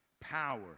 power